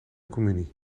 communie